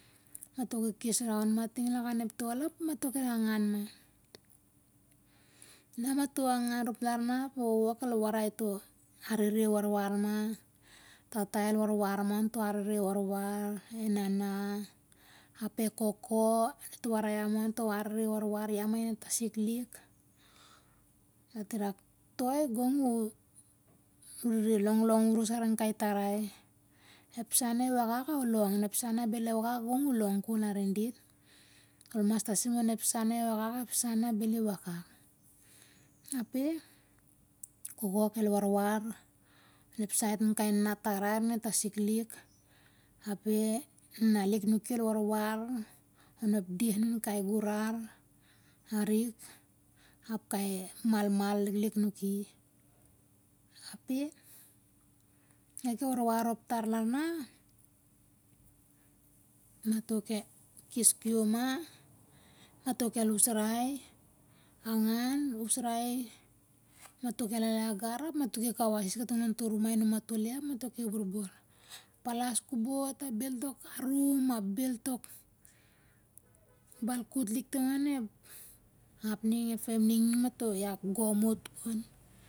Mato palas ka bua inan mata ap an ep sarere ap mato ki an mato araring ting an rumai lotu. Mato kel araring tong an rumai lotu. Ep ap mato mato. Mato kes raon ma ting an lakan ep tewel ap mato ki angan aia. Na mato angan rop lar na ape wowo kel warai ma to arere into warwar ma, e tat ape nance e koko iau maine tasik lik diat ki rak, toi, gong u longlong oros arin kai tarar, ep sa na i wokak ol long, ep sa na bel i wakak, gong u long kal arin dit. Ol mas tasim, on ep sah na i wakak apep sah na bel i wakak. E koko kel warwar onep saet anun kor nanat tarai arin e tasik lik, ape nana lik anuki el warwar onep deh anun kai gurar arik ap kai malmal liklik naki. Ape na diat warwar rop far lar na, mato kel kes kium ma mato kel usrai ap mato kel kawas ma kating lon ramai ap mato ki barbar ap tok aram ting ba ep femali. Palas kobot ap bel balkut.